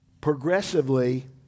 progressively